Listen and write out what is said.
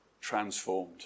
transformed